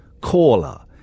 caller